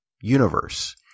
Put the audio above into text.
universe